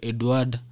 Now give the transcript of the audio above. Edward